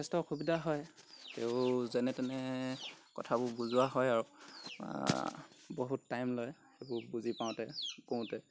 যথেষ্ট অসুবিধা হয় তেও যেনে তেনে কথাবোৰ বুজোৱা হয় আৰু বহুত টাইম লয় সেইবোৰ বুজি পাওঁতে কওঁতে